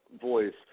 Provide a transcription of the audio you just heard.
voice